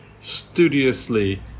studiously